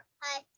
Hi